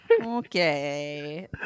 Okay